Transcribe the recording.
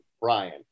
Brian